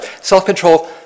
Self-control